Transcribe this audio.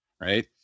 right